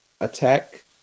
attack